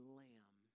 lamb